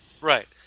Right